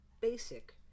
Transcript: basic